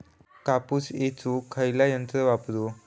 कापूस येचुक खयला यंत्र वापरू?